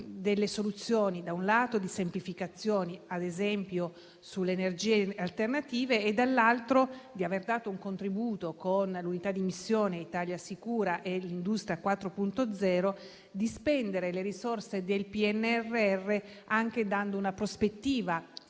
delle soluzioni di semplificazione, ad esempio sulle energie alternative e - dall'altro - di aver dato un contributo, con l'unità di missione Italia Sicura e Industria 4.0, per spendere le risorse del PNRR anche dando una prospettiva